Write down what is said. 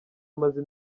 umaze